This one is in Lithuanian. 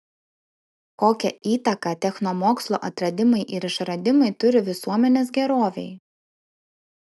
kokią įtaką technomokslo atradimai ir išradimai turi visuomenės gerovei